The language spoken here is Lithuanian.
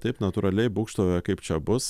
taip natūraliai būgštauja kaip čia bus